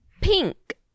pink